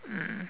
mm